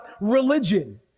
religion